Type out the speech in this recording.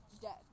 dead